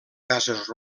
cases